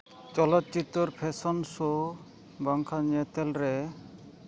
ᱪᱚᱞᱚᱛ ᱪᱤᱛᱟᱹᱨ ᱯᱷᱮᱥᱮᱱ ᱥᱳ ᱵᱟᱝᱠᱷᱟᱱ ᱧᱮᱛᱮᱞ ᱨᱮ